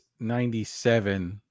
97